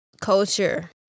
culture